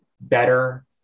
better